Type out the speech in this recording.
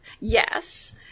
Yes